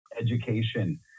education